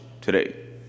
today